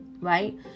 right